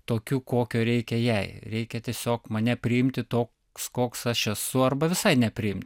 tokiu kokio reikia jai reikia tiesiog mane priimti toks koks aš esu arba visai nepriimt